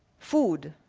food,